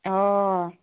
অঁ